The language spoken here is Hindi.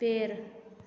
पेड़